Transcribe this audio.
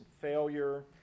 failure